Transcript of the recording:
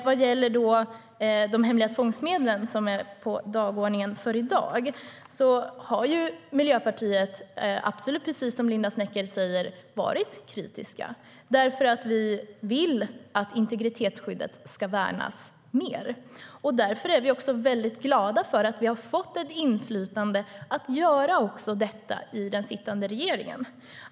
Vad gäller de hemliga tvångsmedlen, som är på dagordningen i dag, har Miljöpartiet varit kritiskt, precis som Linda Snecker säger, eftersom vi vill att integritetsskyddet ska värnas mer. Därför är vi också väldigt glada för att vi har fått inflytande att göra detta i den sittande regeringen.